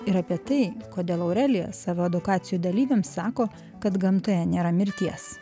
ir apie tai kodėl aurelija savo edukacijų dalyviams sako kad gamtoje nėra mirties